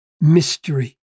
mystery